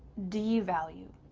devalue.